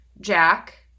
Jack